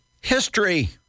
history